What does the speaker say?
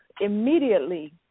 immediately